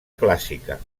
clásica